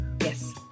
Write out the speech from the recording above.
yes